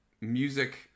music